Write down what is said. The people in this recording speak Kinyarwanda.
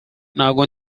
ntago